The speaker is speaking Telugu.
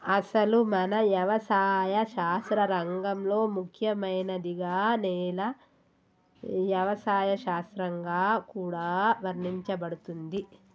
అసలు మన యవసాయ శాస్త్ర రంగంలో ముఖ్యమైనదిగా నేల యవసాయ శాస్త్రంగా కూడా వర్ణించబడుతుంది